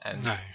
No